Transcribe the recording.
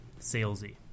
salesy